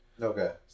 Okay